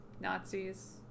Nazis